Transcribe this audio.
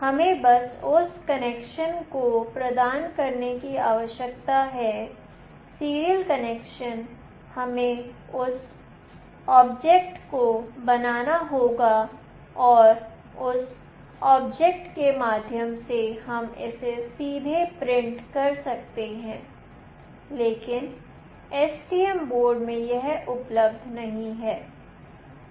हमें बस उस कनेक्शन को प्रदान करने की आवश्यकता है सीरियल कनेक्शन हमें उस ऑब्जेक्ट को बनाना होगा और उस ऑब्जेक्ट के माध्यम से हम इसे सीधे प्रिंट कर सकते हैं लेकिन STM बोर्ड में यह उपलब्ध नहीं है